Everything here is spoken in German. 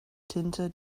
tinte